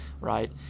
right